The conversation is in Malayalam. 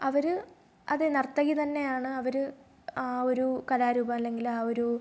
അവർ അതെ നർത്തകി തന്നെയാണ് അവർ ആ ഒരു കലാരൂപം അല്ലെങ്കിൽ ആ ഒരു